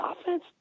offense